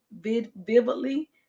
vividly